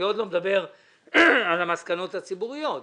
אני עוד לא מדבר על המסקנות הציבוריות.